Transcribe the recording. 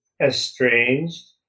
estranged